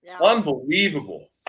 Unbelievable